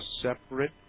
separate